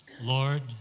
Lord